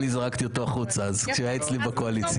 אני זרקתי אותו החוצה כשהוא היה אצלי בקואליציה.